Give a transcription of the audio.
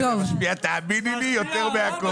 זה לא שאדם יקבל אותה כי הוא יקבל אותה ממשרד השיכון.